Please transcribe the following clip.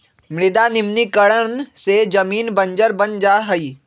मृदा निम्नीकरण से जमीन बंजर बन जा हई